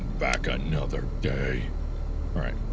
back ah another day all right,